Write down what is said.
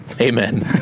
Amen